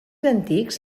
antics